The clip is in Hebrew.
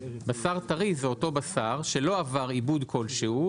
"בשר טרי" זה אותו "בשר שלא עבר עיבוד כלשהו,